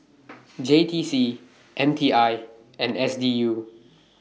J T C M T I and S D U